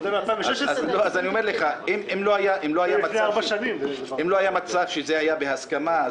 אם לא היה מצב שזה היה בהסכמה,